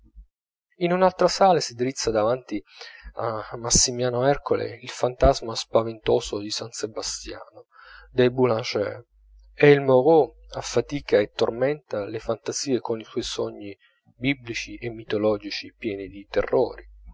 in un'altra sala si drizza davanti a massimiano ercole il fantasma spaventoso di san sebastiano del boulanger e il moreau affatica e tormenta le fantasie coi suoi sogni biblici e mitologici pieni di terrori